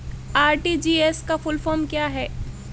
RTGS का full form क्या है?